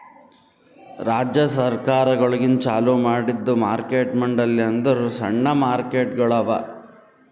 ರಾಜ್ಯ ಸರ್ಕಾರಗೊಳಿಂದ್ ಚಾಲೂ ಮಾಡಿದ್ದು ಮಾರ್ಕೆಟ್ ಮಂಡಳಿ ಅಂದುರ್ ಸಣ್ಣ ಮಾರುಕಟ್ಟೆಗೊಳ್ ಅವಾ